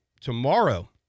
tomorrow